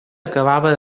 acabava